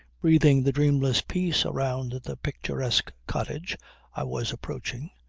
breathing the dreamless peace around the picturesque cottage i was approaching,